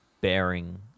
bearing